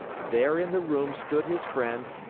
there in the room stood his friend,